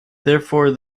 therefore